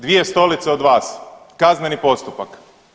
Dvije stolice od vas kazneni postupak.